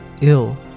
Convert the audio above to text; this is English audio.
ill